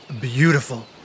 beautiful